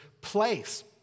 place